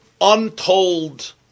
untold